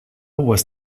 was